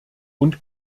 und